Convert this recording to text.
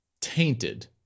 tainted